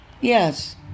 Yes